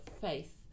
faith